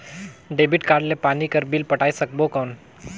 Debit card ले पानी कर बिल पटाय सकबो कौन?